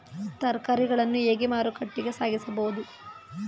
ತರಕಾರಿಗಳನ್ನು ಹೇಗೆ ಮಾರುಕಟ್ಟೆಗೆ ಸಾಗಿಸಬಹುದು?